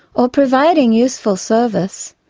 or providing useful service,